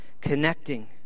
connecting